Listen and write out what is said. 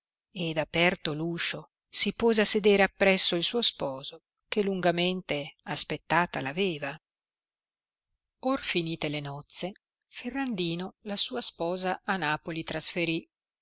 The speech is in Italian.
ed aperto uscio si pose a sedere appresso il suo sposo che lungamente aspettata aveva or finite le nozze ferrandino la sua sposa a napoli trasferì